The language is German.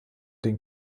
den